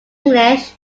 english